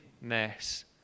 mess